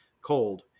cold